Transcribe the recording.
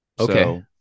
Okay